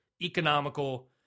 economical